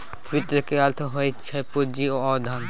वित्त केर अर्थ होइ छै पुंजी वा धन